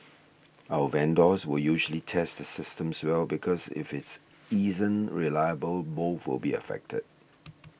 our vendors will usually test the systems well because if it isn't reliable both will be affected